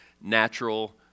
natural